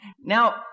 Now